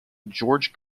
george